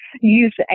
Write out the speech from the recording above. use